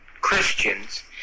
Christians